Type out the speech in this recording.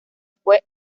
fue